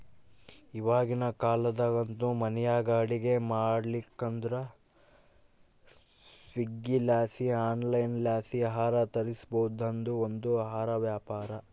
ಇವಾಗಿನ ಕಾಲದಾಗಂತೂ ಮನೆಯಾಗ ಅಡಿಗೆ ಮಾಡಕಾಗಲಿಲ್ಲುದ್ರ ಸ್ವೀಗ್ಗಿಲಾಸಿ ಆನ್ಲೈನ್ಲಾಸಿ ಆಹಾರ ತರಿಸ್ಬೋದು, ಅದು ಒಂದು ಆಹಾರ ವ್ಯಾಪಾರ